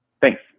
thanks